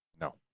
No